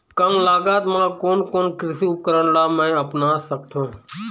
कम लागत मा कोन कोन कृषि उपकरण ला मैं अपना सकथो?